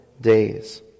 days